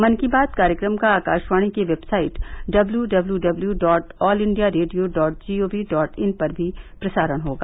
मन की बात कार्यक्रम का आकाशवाणी की website W W W W dot all India radio dot G O V dot in पर भी प्रसारण होगा